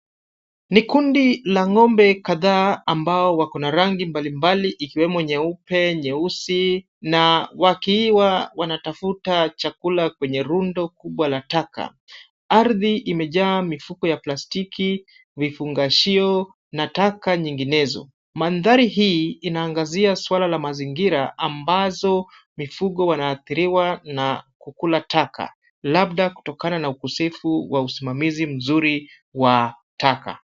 Ni kundi la ng'ombe kadhaa ambao wako na rangi mbalimbali ikiwemo nyeupe, nyeusi, na wakiwa wanatafuta chakula kwenye rundo kubwa la taka. Ardhi imejaa mifuko ya plastiki, vifungashio na taka nyinginezo. Mandhari hii inaangazia swala la mazingira ambazo mifugo wanaadhiriwa na kula taka, labda kutokana na ukosefu wa usimimamizi mzuri wa taka.